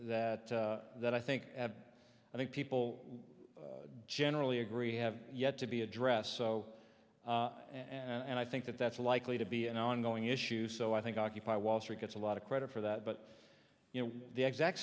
that that i think at i think people generally agree have yet to be addressed so and i think that that's likely to be an ongoing issue so i think occupy wall street gets a lot of credit for that but you know the exact